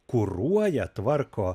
kuruoja tvarko